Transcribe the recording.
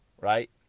Right